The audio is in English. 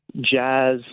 jazz